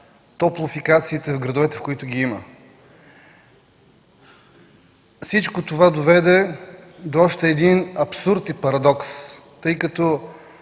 топлофикациите в градовете, в които ги има. Всичко това доведе до още един абсурд и парадокс, тъй като